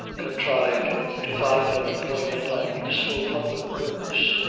contrived to find them employment on useful public works.